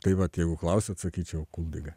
tai vat jeigu klausit sakyčiau kuldigą